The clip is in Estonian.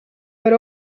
eli